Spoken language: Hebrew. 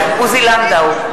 (קוראת בשמות חברי הכנסת) עוזי לנדאו,